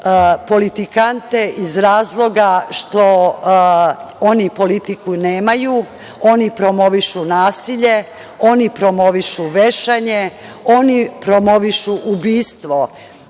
politikante iz razloga što oni politiku nemaju, oni promovišu nasilje, oni promovišu vešanje, oni promovišu ubistvo,